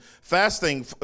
fasting